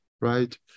right